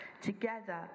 Together